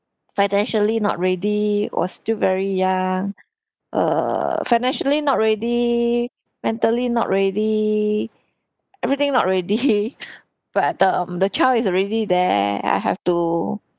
financially not ready was still very young err financially not ready mentally not ready everything not ready but um the child is already there I have to